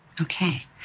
Okay